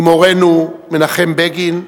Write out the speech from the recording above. עם מורנו מנחם בגין,